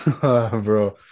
Bro